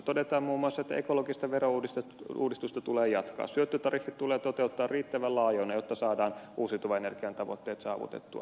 todetaan muun muassa että ekologista verouudistusta tulee jatkaa syöttötariffit tulee toteuttaa riittävän laajoina jotta saadaan uusiutuvan energian tavoitteet saavutettua